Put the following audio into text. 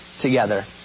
together